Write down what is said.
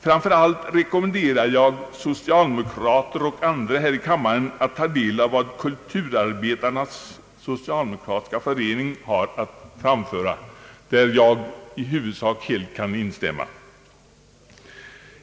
Framför allt rekommenderar jag socialdemokrater och andra här i kammaren att ta del av vad Kulturarbetarnas socialdemokratiska förening har att framföra, i vilket jag i huvudsak helt kan instämma.